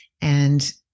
and-